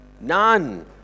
None